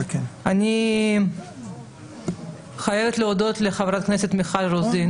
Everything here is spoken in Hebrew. אני חייבת להודות לחברת הכנסת מיכל רוזין